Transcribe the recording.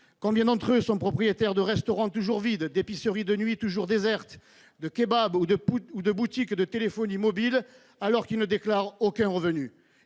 Combien d'entre eux sont propriétaires de restaurants toujours vides, d'épiceries de nuit toujours désertes, de kebabs ou de boutiques de téléphonie mobile, alors qu'ils ne déclarent aucun revenu ?